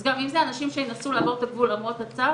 אז גם אם זה אנשים שינסו לעבור את הגבול למרות הצו